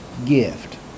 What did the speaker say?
gift